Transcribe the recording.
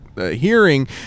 hearing